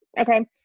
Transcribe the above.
Okay